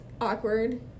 awkward